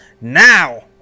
now